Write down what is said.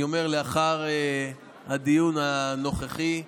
אני אומר, לאחר הדיון הנוכחי.